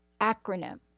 acronym